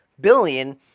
billion